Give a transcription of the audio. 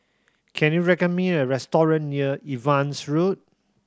can you recommend me a restaurant near Evans Road